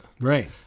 Right